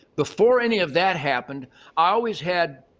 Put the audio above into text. before any of that happened, i always had